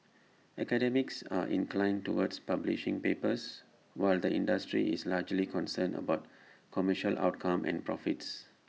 academics are inclined towards publishing papers while the industry is largely concerned about commercial outcomes and profits